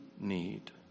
need